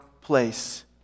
place